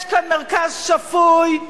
יש כאן מרכז שפוי,